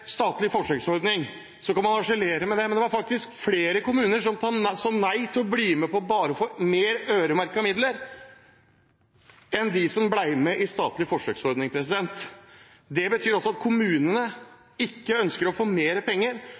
statlig forsøksordning. Så kan man harselere med det, men det var faktisk flere kommuner som sa nei til å bli med på å få mer øremerkede midler, enn dem som ble med i statlig forsøksordning. Det betyr at kommunene ikke ønsker å få mer penger,